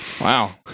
Wow